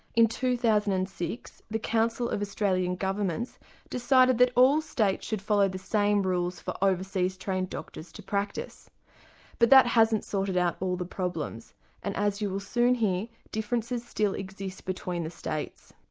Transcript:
in two thousand and six the council of australian governments decided that all states should follow the same rules for overseas trained doctors to practice but that hasn't sorted out all the problems and as you will soon hear differences still exist between the states.